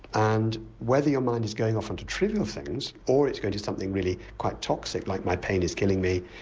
and whether your mind is going off onto trivial things or it's going to something really quite toxic like my pain is killing me,